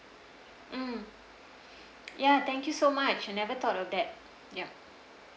mm ya thank you so much I never thought of that ya